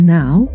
now